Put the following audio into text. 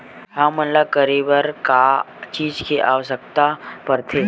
हमन ला करे बर का चीज के आवश्कता परथे?